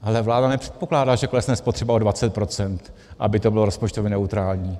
Ale vláda nepředpokládá, že klesne spotřeba o 20 %, aby to bylo rozpočtově neutrální.